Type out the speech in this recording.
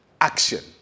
action